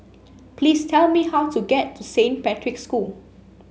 please tell me how to get to Saint Patrick's School